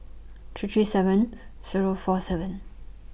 three three seven Zero four seven